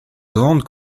grandes